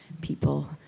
people